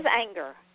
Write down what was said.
anger